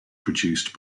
produced